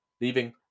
leaving